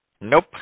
Nope